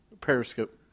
Periscope